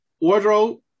Wardrobe